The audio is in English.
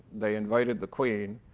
they invited the queen,